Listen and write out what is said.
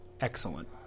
excellent